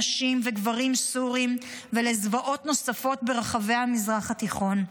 נשים וגברים סורים ולזוועות נוספות ברחבי המזרח התיכון.